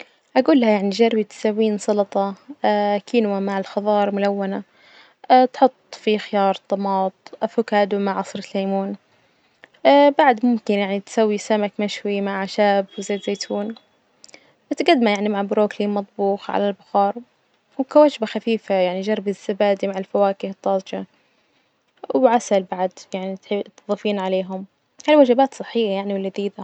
أجول لها يعني جربي تسوين سلطة كينوة مع الخضار ملونة تحط في خيار، طماط، أفوكادو مع عصرة ليمون بعد ممكن يعني تسوي سمك مشوي مع أعشاب وزيت زيتون، وتجدمه يعني مع بروكلي مطبوخ على البخار وكوشبة خفيفة، يعني جربي الزبادي مع الفواكه الطازجة وعسل بعد يعني تظيفين عليهم، هاي وجبات صحية يعني ولذيذة.